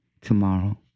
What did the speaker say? tomorrow